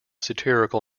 satirical